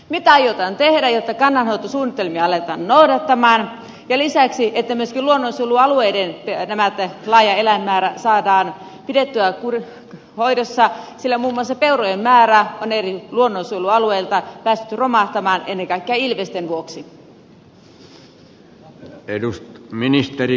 mitä aiotaan tehdä jotta kannanhoitosuunnitelmia aletaan noudattaa ja jotta lisäksi myöskin luonnonsuojelualueiden laaja eläinmäärä saadaan pidettyä hoidossa sillä muun muassa peurojen määrä on eri luonnonsuojelualueilla päästetty romahtamaan ennen kaikkea ilvesten vuoksi